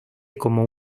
como